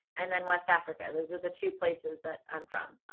and then west africa. those are the two places that i'm from,